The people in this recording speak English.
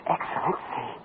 Excellency